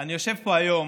אני יושב פה היום,